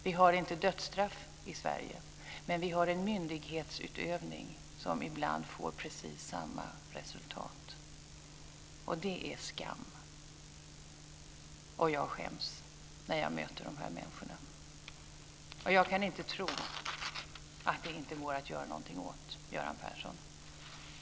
Vi har inte dödsstraff i Sverige, men vi har en myndighetsutövning som ibland får precis samma resultat, och det är skam. Jag skäms när jag möter de människorna. Jag kan inte tro att det inte går att göra något åt det, Göran Persson.